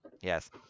Yes